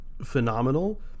phenomenal